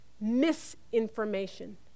misinformation